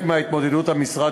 עוד מעט אני סוגר את הרשימה.